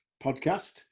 podcast